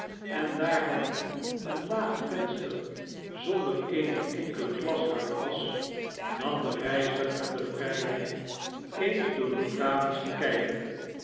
en daar het een iaag venster zonder eene enkele glasruit was nam de reiziger de vrijheid eens door de tralies te kijken